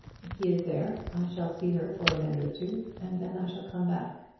if he is there i shall see her for a minute or two, and then i shall come back.